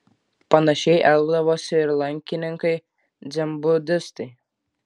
panašiai elgdavosi ir lankininkai dzenbudistai